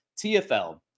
TFL